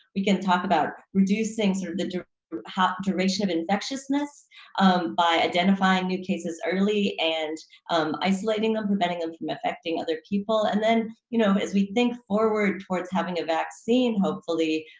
we can talk about reducing sort of the direction of infectiousness by identifying new cases early and isolating them, preventing them from infecting other people, and then, you know, as we think forward towards having a vaccine hopefully,